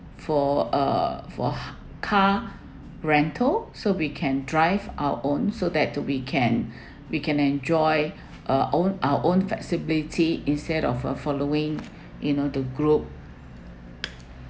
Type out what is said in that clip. for a for car rental so we can drive our own so that we can we can enjoy uh own our own flexibility instead of uh following you know the group